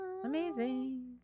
Amazing